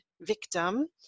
victim